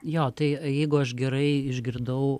jo tai jeigu aš gerai išgirdau